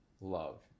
love